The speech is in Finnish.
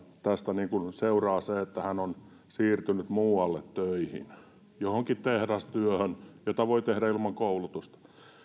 tästä seuraa se että hän siirtyy muualle töihin johonkin tehdastyöhön jota voi tehdä ilman koulutusta